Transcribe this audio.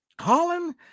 holland